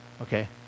okay